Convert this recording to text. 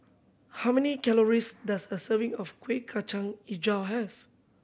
how many calories does a serving of Kueh Kacang Hijau have